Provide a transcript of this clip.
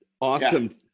Awesome